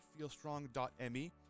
feelstrong.me